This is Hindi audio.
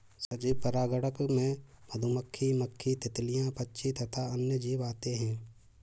सजीव परागणक में मधुमक्खी, मक्खी, तितलियां, पक्षी तथा अन्य जीव आते हैं